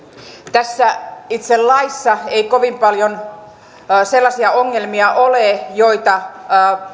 tässä itse laissa ei ole kovin paljon sellaisia ongelmia joita